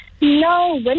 No